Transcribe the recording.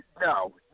No